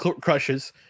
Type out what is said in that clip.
crushes